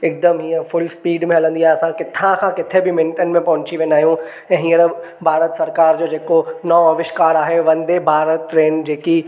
हिकदमि हीअं full speed में हलंदी आहे असां किथां खां किथे बि मिन्टनि में पहुची वेंदा आहियूं ऐं हींअर भारत सरकारि जो जेको नओं अविष्कार आहे वन्दे भारत ट्रेन जेकी